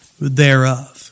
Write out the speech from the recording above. thereof